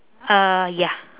uh ya